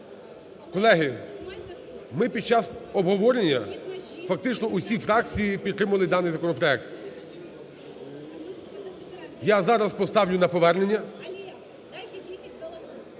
Колеги, ми під час обговорення фактично усі фракції підтримали даний законопроект. Я зараз поставлю на повернення…